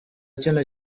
kino